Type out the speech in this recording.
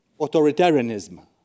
authoritarianism